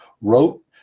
wrote